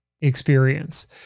experience